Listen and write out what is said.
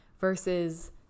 Versus